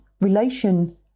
relation